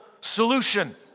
solution